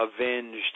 avenged